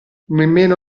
nemmeno